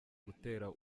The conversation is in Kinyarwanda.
gutera